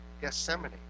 Gethsemane